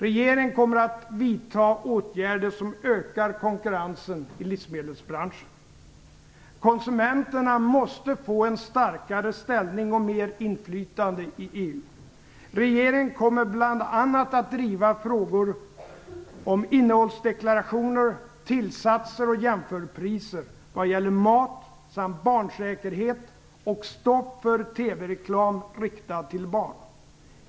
Regeringen kommer att vidta åtgärder som ökar konkurrensen i livsmedelsbranschen. Konsumenterna måste få en starkare ställning och mer inflytande i EU. Regeringen kommer bl.a. att driva frågor om innehållsdeklarationer, tillsatser och jämförpriser vad gäller mat samt barnsäkerhet och stopp för TV-reklam riktad till barn.